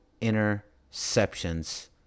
interceptions